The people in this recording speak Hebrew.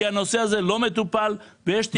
כי הנושא הזה לא מטופל ויש תיקים.